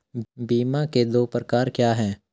बीमा के दो प्रकार क्या हैं?